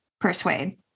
persuade